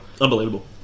Unbelievable